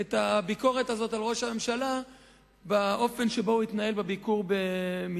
את הביקורת הזאת על ראש הממשלה באופן שבו הוא התנהל בביקור במצרים,